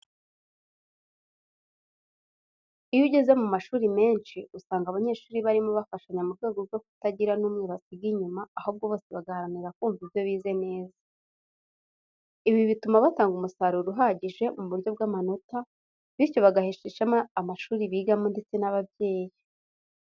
Iyo ugeze mu mashuri menshi usanga abanyeshuri barimo bafashanya mu rwego rwo kutagira n'umwe basiga inyuma ahubwo bose bagaharanira kumva ibyo bize neza. Ibi bituma batanga umusaruro uhagije mu buryo bw'amanota, bityo bagahesha ishema amashuri bigamo ndetse n'ababyeyi.